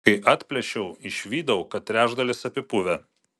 kai atplėšiau išvydau kad trečdalis apipuvę